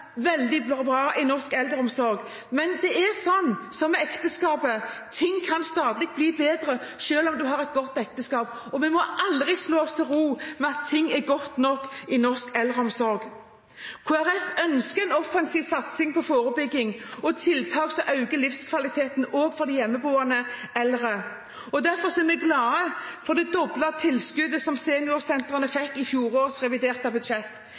veldig bra i norsk eldreomsorg. Men det er som med ekteskapet, ting kan stadig bli bedre selv om man har et godt ekteskap. Vi må aldri slå oss til ro med at ting er godt nok i norsk eldreomsorg. Kristelig Folkeparti ønsker en offensiv satsing på forebyggende tiltak som styrker livskvaliteten også for hjemmeboende eldre. Derfor er vi glade for det doble tilskuddet som seniorsentrene fikk i fjorårets reviderte budsjett.